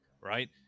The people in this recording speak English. right